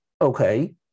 okay